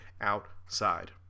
outside